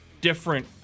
different